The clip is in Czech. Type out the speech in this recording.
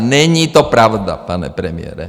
Není to pravda, pane premiére.